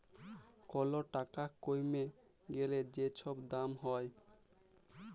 call টাকা কইমে গ্যালে যে ছব দাম হ্যয়